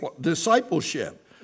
Discipleship